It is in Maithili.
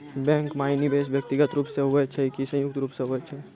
बैंक माई निवेश व्यक्तिगत रूप से हुए छै की संयुक्त रूप से होय छै?